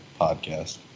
podcast